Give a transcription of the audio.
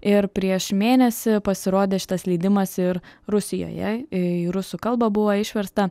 ir prieš mėnesį pasirodė šitas leidimas ir rusijoje į rusų kalbą buvo išversta